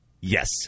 Yes